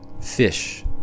fish